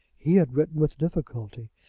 he had written with difficulty,